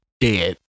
dead